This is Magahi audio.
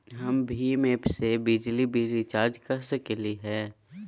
हम भीम ऐप से बिजली बिल रिचार्ज कर सकली हई?